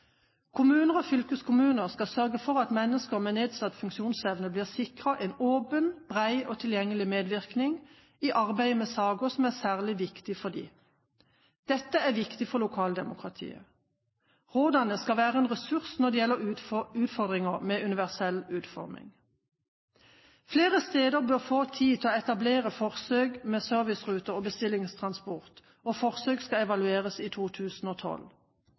blir sikret en åpen, bred og tilgjengelig medvirkning i arbeidet med saker som er særlig viktig for dem. Dette er viktig for lokaldemokratiet. Rådene skal være en ressurs når det gjelder utfordringer med universell utforming. Flere steder bør få tid til å etablere forsøk med serviceruter og bestillingstransport, og forsøk skal evalueres i 2012.